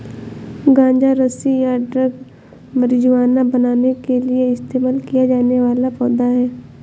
गांजा रस्सी या ड्रग मारिजुआना बनाने के लिए इस्तेमाल किया जाने वाला पौधा है